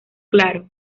claro